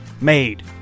made